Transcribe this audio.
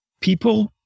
people